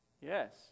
Yes